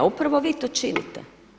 Upravo vi to činite.